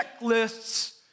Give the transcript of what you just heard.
checklists